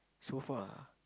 so far